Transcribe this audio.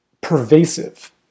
pervasive